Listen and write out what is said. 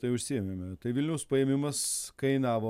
tai užsiėmėme tai vilniaus paėmimas kainavo